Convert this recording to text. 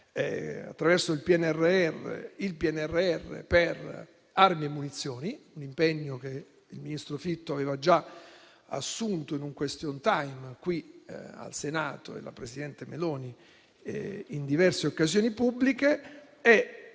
utilizzare il PNRR per armi e munizioni, un impegno che il ministro Fitto aveva già assunto in un *question time* qui al Senato, come lo stesso presidente Meloni in diverse occasioni pubbliche.